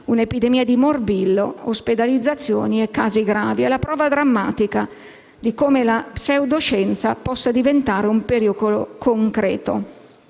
un'epidemia di morbillo, ospedalizzazioni e casi gravi. È la prova drammatica di come la pseudoscienza possa diventare un pericolo concreto.